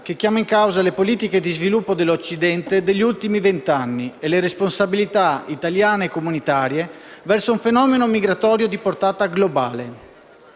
che chiama in causa le politiche di sviluppo dell'Occidente degli ultimi vent'anni e le responsabilità - italiane e comunitarie - verso un fenomeno migratorio di portata globale.